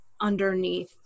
underneath